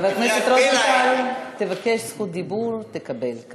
חבר הכנסת רוזנטל, תבקש זכות דיבור, תקבל.